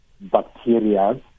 bacteria